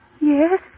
Yes